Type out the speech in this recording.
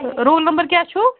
تہٕ roll number کیٚاہ چھُو